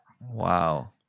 wow